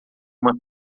uma